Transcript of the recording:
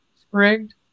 sprigged